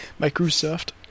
Microsoft